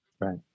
Right